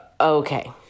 Okay